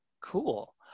Cool